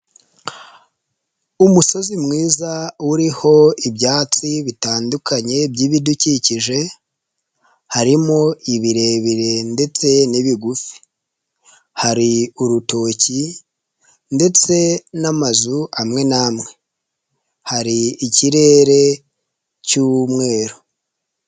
Umusozi mwiza uriho ibyatsi bitandukanye by'ibidukikije harimo ibirebire ndetse n'ibigufi, hari urutoki ndetse n'amazu amwe n'amwe, hari ikirere cy'umweru.